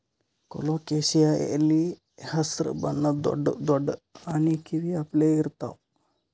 colocasia ಎಲಿ ಹಸ್ರ್ ಬಣ್ಣದ್ ದೊಡ್ಡ್ ದೊಡ್ಡ್ ಆನಿ ಕಿವಿ ಅಪ್ಲೆ ಇರ್ತವ್